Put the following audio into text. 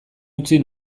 utzi